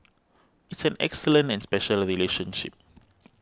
it's an excellent and special relationship